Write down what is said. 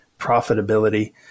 profitability